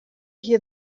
hear